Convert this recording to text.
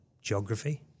geography